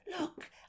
Look